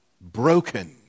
broken